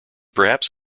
perhaps